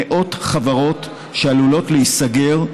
מאות חברות שעלולות להיסגר,